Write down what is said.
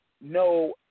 no